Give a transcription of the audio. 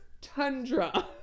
tundra